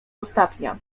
ostatnia